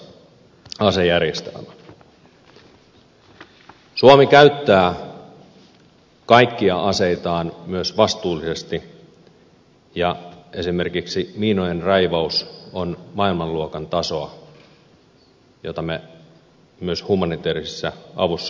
suomi käyttää kaikkia aseitaan myös vastuullisesti ja esimerkiksi miinojen raivaus on maailmanluokan tasoa ja sitä me myös humanitäärisessa avussa käytämme